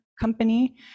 company